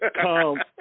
come